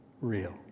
real